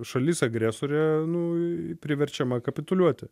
šalis agresorė nu i priverčiama kapituliuoti